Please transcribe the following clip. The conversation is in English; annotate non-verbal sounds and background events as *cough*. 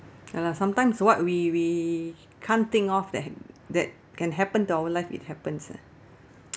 ya lah sometimes what we we can't think of that that can happen to our life it happens ah *noise*